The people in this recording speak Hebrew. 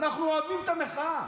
אנחנו אוהבים את המחאה,